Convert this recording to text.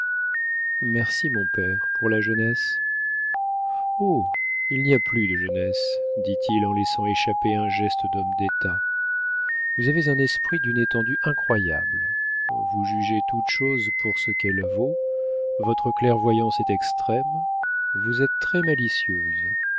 merci mon père pour la jeunesse oh il n'y a plus de jeunesse dit-il en laissant échapper un geste d'homme d'état vous avez un esprit d'une étendue incroyable vous jugez toute chose pour ce qu'elle vaut votre clairvoyance est extrême vous êtes très malicieuse